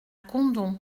condom